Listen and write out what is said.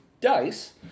dice